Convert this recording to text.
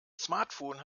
smartphone